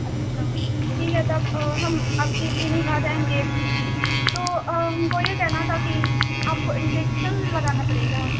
اچھا ٹھیک ہے تب ہم آپ کی کلینک آ جائیں گے تو ہم کو یہ کہنا تھا کہ آپ کو انجیکشن لگانا پڑے گا